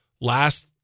last